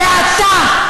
ואתה,